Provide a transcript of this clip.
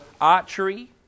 archery